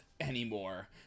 anymore